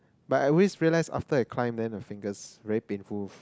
but I always realised after I climb then the fingers very painful